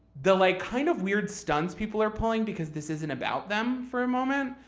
the like kind of weird stunts people are pulling, because this isn't about them for a moment,